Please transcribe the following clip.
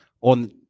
on